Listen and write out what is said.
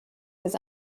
his